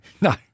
No